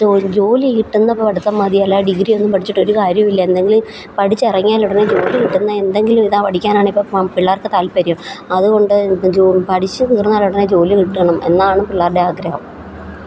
ജോലി ജോലി കിട്ടുന്ന പഠിത്തം മതി അല്ലാതെ ഡിഗ്രി ഒന്നും പഠിച്ചിട്ടൊരു കാര്യവും ഇല്ല എന്തെങ്കിലും പഠിച്ചിറങ്ങിയാലുടനെ ജോലി കിട്ടുന്ന എന്തെങ്കിലും ഇതാണ് പഠിക്കാനാണിപ്പം പിള്ളേർക്ക് താല്പര്യം അതുകൊണ്ട് ജോ പഠിച്ച് തീർന്നാലുടനെ ജോലി കിട്ടണം എന്നാണ് പിള്ളേരുടെ ആഗ്രഹം